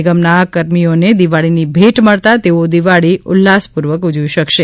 નિગમના કર્મીઓને દિવાળીની ભેટ મળતાં તેઓ દિવાળી ઉલ્લાસપૂર્વક ઉજવી શકશે